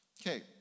Okay